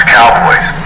Cowboys